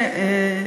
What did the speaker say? לא.